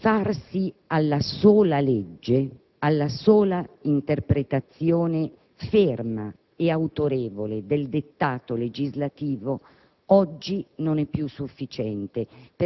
credo che rifarsi alla sola legge, alla sola interpretazione, ferma ed autorevole, del dettato legislativo